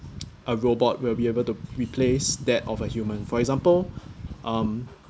a robot will be able to replace that of a human for example um